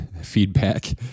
feedback